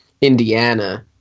Indiana